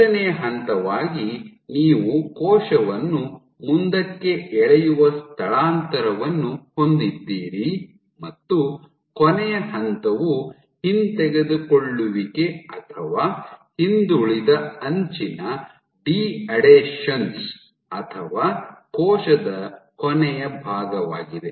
ಮೂರನೆಯ ಹಂತವಾಗಿ ನೀವು ಕೋಶವನ್ನು ಮುಂದಕ್ಕೆ ಎಳೆಯುವ ಸ್ಥಳಾಂತರವನ್ನು ಹೊಂದಿದ್ದೀರಿ ಮತ್ತು ಕೊನೆಯ ಹಂತವು ಹಿಂತೆಗೆದುಕೊಳ್ಳುವಿಕೆ ಅಥವಾ ಹಿಂದುಳಿದ ಅಂಚಿನ ಡಿ ಅಡೇಷನ್ಸ್ ಅಥವಾ ಕೋಶದ ಕೊನೆಯ ಭಾಗವಾಗಿದೆ